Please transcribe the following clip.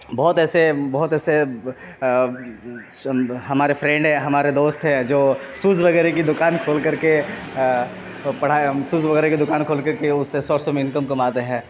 بہت ایسے بہت ایسے ہمارے فرینڈ ہیں ہمارے دوست ہے جو سوز وغیرہ کی دکان کھول کر کے پڑھا سوز وغیرہ کی دکان کھول کر کے اس سے سورس آف انکم کماتے ہیں